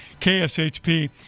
kshp